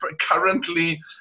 currently